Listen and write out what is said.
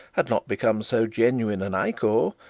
had not become so genuine an ichor,